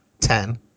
Ten